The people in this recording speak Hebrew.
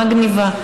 מאגניבה,